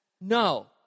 No